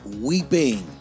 weeping